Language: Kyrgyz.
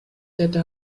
деди